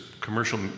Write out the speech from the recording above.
commercial